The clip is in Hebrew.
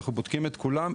אנחנו בודקים את כולם,